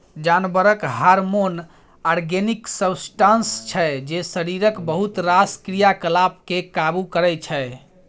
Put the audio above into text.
जानबरक hormone organic substance छै जे शरीरक बहुत रास क्रियाकलाप केँ काबु करय छै